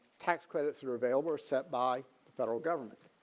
tax credits that are available are set by the federal government.